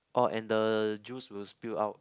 orh and the juice will spill out